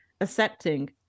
accepting